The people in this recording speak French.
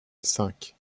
cinq